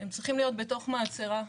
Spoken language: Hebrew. הם צריכים להיות בתוך מאצרה.